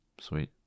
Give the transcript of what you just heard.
Sweet